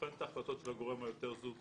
בוחן את ההחלטות של הגורם היותר זוטר.